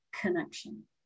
connection